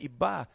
Iba